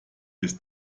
des